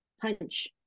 punch